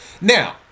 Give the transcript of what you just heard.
Now